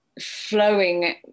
flowing